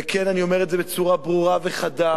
וכן, אני אומר את זה בצורה ברורה וחדה,